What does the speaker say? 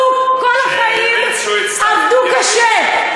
כל החיים הם עבדו קשה.